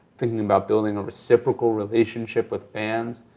thinking about building a reciprocal relationship with fans,